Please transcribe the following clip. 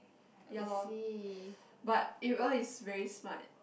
ya lor but Ariel is very smart